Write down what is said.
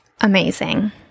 Amazing